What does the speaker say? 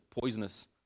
poisonous